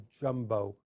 jumbo